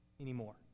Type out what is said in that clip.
anymore